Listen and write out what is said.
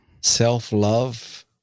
self-love